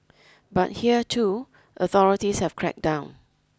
but here too authorities have crack down